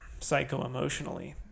psychoemotionally